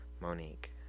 Monique